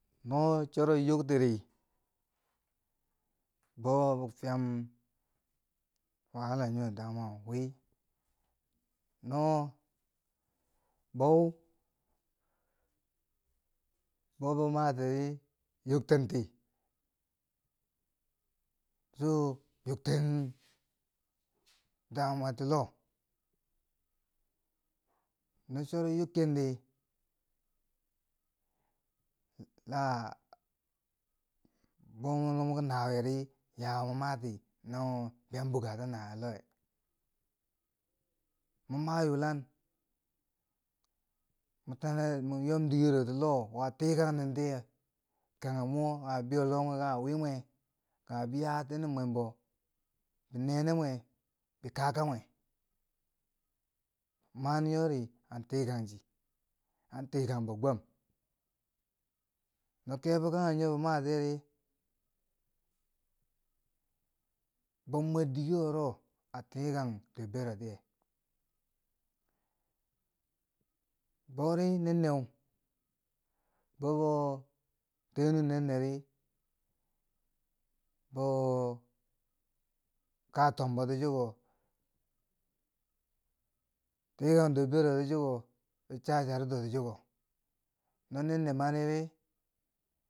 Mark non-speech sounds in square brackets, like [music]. No choro yokt, bo bo fiyam wahala nyo, damwa wi, no bo no bo matiri, yoktenti cho bi ten [noise] damwa ti loh no cho wiwi ken di laaa, mo moki nawiyeri, yaya mwa mati na biyam bukata nawiye loh weh? mwa ma yuulang, mo takeu mo yoom dikeroti loh wo a tikang nen tiye kanghe mo kanghe bibeiyo loh mwe, kanghe wii mwe kanghe bi yayatinim mwe. mbo bi nene mwe bi kaka mwe mani nyori an tikang chi, an tikang bo gwam no kebo kanghe nyo ba matiyeri, boo mwer dike wro a tikangbo dor berotye. bori nenneu bo bo tini nennedi, bo kaa tomboti chiko tikang dor bero ti chiko bi chaa charito ti chiko no nenne mani di.